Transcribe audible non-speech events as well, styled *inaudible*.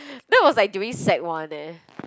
*breath* that was like during sec-one eh